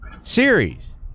series